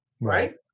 right